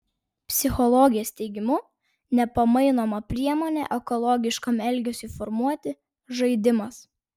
psichologės teigimu nepamainoma priemonė ekologiškam elgesiui formuoti žaidimas